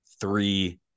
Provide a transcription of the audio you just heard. three